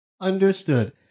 Understood